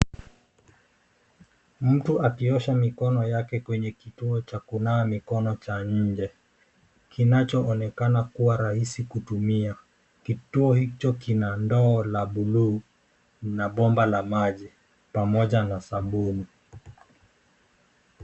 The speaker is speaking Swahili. Mtu akiosha mikono yake kwenye kituo cha kunawa mikono cha nje, kinachoonekana kuwa rahisi kutumia. Kituo hicho kina ndoo la bluu na bomba la maji, pamoja na sabuni.